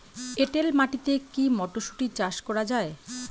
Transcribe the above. এটেল মাটিতে কী মটরশুটি চাষ করা য়ায়?